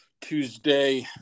Tuesday